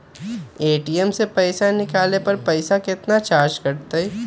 ATM से पईसा निकाले पर पईसा केतना चार्ज कटतई?